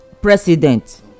President